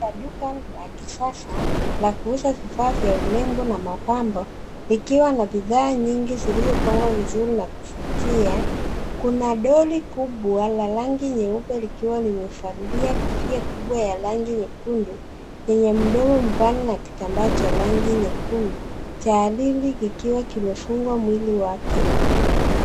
Ndani ya duka la kisasa, la kuuza vifaa vya urembo, na mapambo, likiwa na bidhaa nyingi zilizopangwa vizuri na kuvutia. Kuna doli kubwa la rangi nyeupe likiwa limevalia kofia kubwa ya rangi nyekundu, yenye mdomo mpana na kitambaa cha rangi nyekundu. Jaarili kikiwa kimefungwa mwili wake.